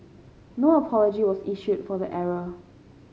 no apology was issued for the error